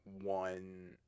one